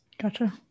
Gotcha